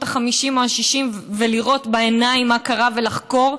ה-50 או ה-60 ולראות בעיניים מה קרה ולחקור.